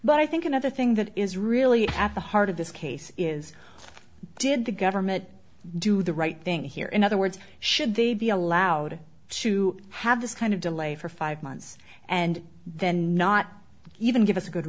but i think another thing that is really at the heart of this case is did the government do the right thing here in other words should they be allowed to have this kind of delay for five months and then not even give us a good